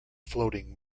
floating